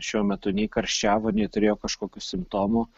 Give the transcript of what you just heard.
šiuo metu nei karščiavo nei turėjo kažkokių simptomų